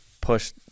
push